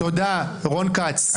תודה, רון כץ.